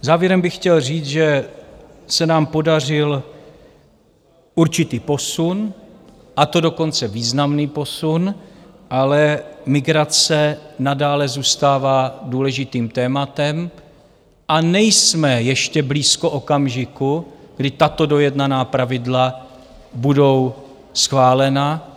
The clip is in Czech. Závěrem bych chtěl říct, že se nám podařil určitý posun, a to dokonce významný posun, ale migrace nadále zůstává důležitým tématem a nejsme ještě blízko okamžiku, kdy tato dojednaná pravidla budou schválena.